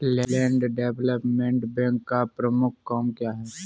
Land development bank का प्रमुख काम क्या है?